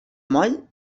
moll